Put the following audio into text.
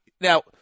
now